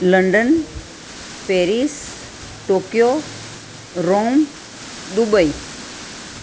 London Paris Tokyo Rome Dubai